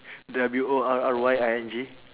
W O R R Y I N G